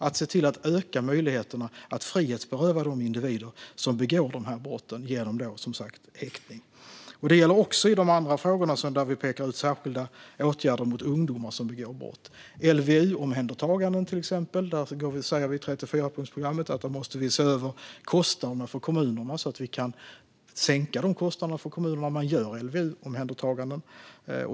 Vi måste öka möjligheterna att genom häktning frihetsberöva de individer som begår de här brotten. Det gäller också i de andra frågor där vi pekar ut särskilda åtgärder mot ungdomar som begår brott. Om LVU-omhändertaganden säger vi exempelvis i 34-punktsprogrammet att vi måste se över kostnaderna för kommunerna så att vi kan sänka dem för kommuner som gör LVU-omhändertaganden.